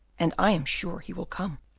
and i am sure he will come.